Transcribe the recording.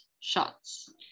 shots